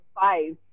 five